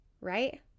right